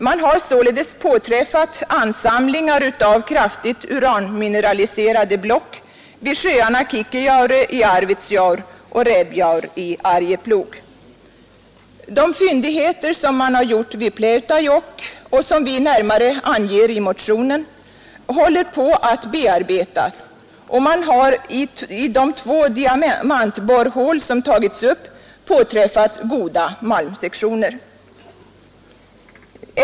Man har således påträffat ansamlingar av kraftigt uranmineraliserade block vid sjöarna Kikkejaure i Arvidsjaur och Rebjaur i Arjeplog. De fyndigheter man gjort vid Pläutajokk och som vi närmare anger i motionen håller på att bearbetas, och man har i de två diamantborrhål som tagits upp påträffat goda malmsektioner.